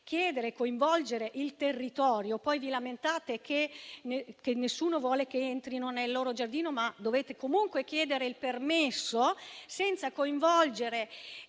e senza coinvolgere il territorio. Poi vi lamentate che nessuno vuole che si entri nel proprio giardino, ma dovete comunque chiedere il permesso. Lo fate senza coinvolgere